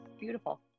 beautiful